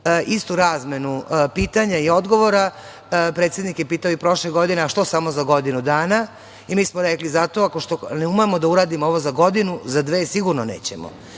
istu razmenu pitanja i odgovora. Predsednik je pitao i prošle godine – a što samo za godinu dana? Mi smo rekli – zato što ako ne umemo da uradimo ovo za godinu, za dve sigurno nećemo.Zašto